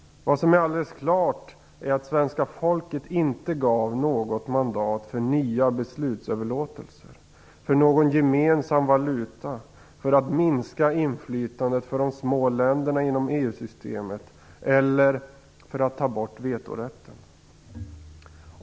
Vad som är alldeles klart är att svenska folket inte gav något mandat för nya beslutsöverlåtelser, för någon gemensam valuta, för att minska inflytandet för de små länderna inom EU-systemet eller för att ta bort vetorätten.